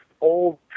Old